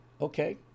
okay